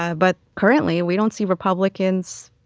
ah but currently, we don't see republicans,